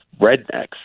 rednecks